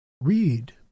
read